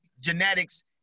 genetics